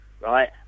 right